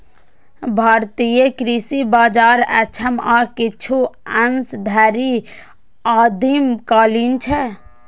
भारतीय कृषि बाजार अक्षम आ किछु अंश धरि आदिम कालीन छै